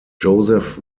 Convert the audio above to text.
joseph